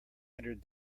entered